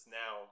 now